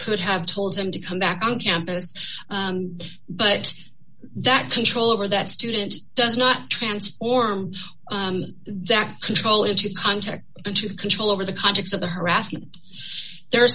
could have told him to come back on campus but that control over that student does not transform that control into context into the control over the context of the harassment there